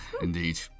indeed